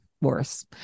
worse